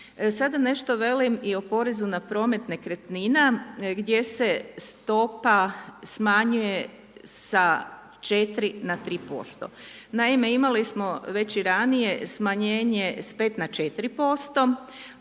da nešto velim i o porezu na promet nekretnina, gdje se stopa smanjuje sa 4 na 3%. Naime, imali smo već i ranije smanjenje s 5 na 4%,